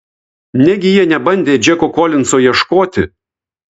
negi jie nebandė džeko kolinzo ieškoti